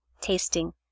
tasting